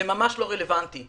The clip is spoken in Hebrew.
זה ממש לא רלוונטי.